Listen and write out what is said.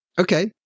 Okay